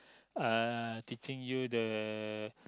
uh teaching you the